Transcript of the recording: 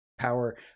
power